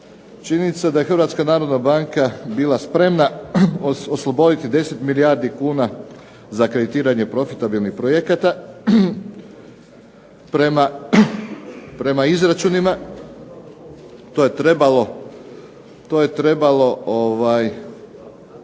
činjenica da je HNB-a bila spremna osloboditi 10 milijardi kuna za kreditiranje profitabilnih projekata prema izračunima, to je trebalo